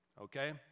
okay